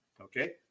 Okay